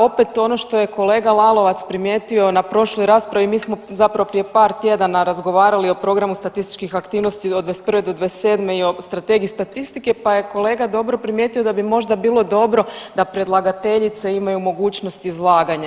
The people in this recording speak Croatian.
Opet ono što je kolega Lalovac primijetio na prošloj raspravi mi smo zapravo prije par tjedana razgovarali o programu statističkih aktivnosti od 2021. do 2027. i strategiji statistike, pa je kolega dobro primijetio da bi možda bilo dobro da predlagateljice imaju mogućnost izlaganja.